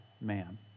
man